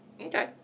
okay